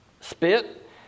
spit